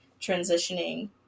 transitioning